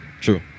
True